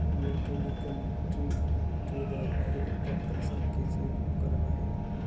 mechanical tree stirrer हे ट्रॅक्टरसारखेच एक उपकरण आहे